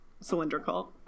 cylindrical